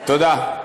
תודה.